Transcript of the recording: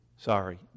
Sorry